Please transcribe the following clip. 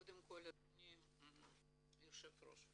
קודם כל אדוני יושב הראש,